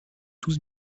tous